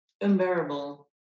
unbearable